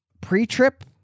pre-trip